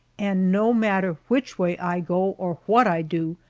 and no matter which way i go or what i do,